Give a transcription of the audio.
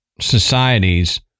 societies